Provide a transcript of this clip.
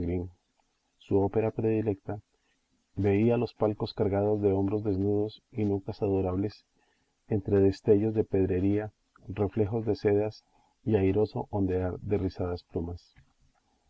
su ópera predilecta veía los palcos cargados de hombros desnudos y nucas adorables entre destellos de pedrería reflejos de sedas y airoso ondear de rizadas plumas